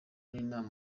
n’inama